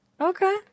Okay